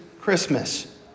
Christmas